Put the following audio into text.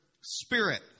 spirit